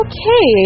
Okay